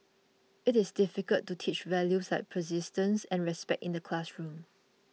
it is difficult to teach values like persistence and respect in the classroom